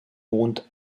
mond